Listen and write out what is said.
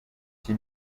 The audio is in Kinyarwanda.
iki